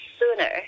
sooner